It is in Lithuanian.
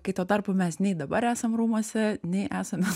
kai tuo tarpu mes nei dabar esam rūmuose nei esame